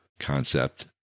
concept